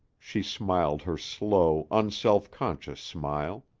she smiled her slow, unself-conscious smile.